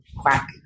quack